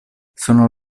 sono